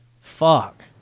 Fuck